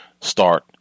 start